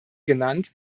genannt